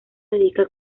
dedica